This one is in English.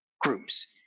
groups